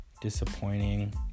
Disappointing